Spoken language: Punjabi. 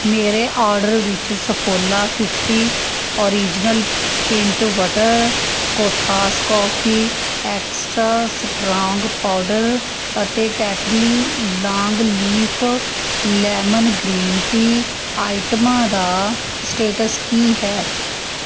ਮੇਰੇ ਔਡਰ ਵਿੱਚ Saffola fifty original peanut butter Kothas coffee extra strong powder ਅਤੇ Tetley long leaf lemon green tea ਆਈਟਮਾਂ ਦਾ ਸਟੇਟਸ ਕੀ ਹੈ